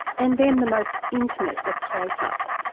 and then the most intimate of close-ups,